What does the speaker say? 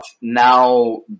now